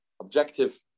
objective